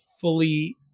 fully